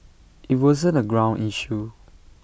IT wasn't A ground issue